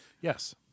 Yes